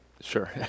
Sure